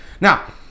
Now